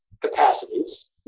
capacities